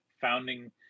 founding